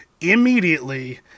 immediately